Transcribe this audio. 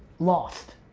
lost.